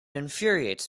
infuriates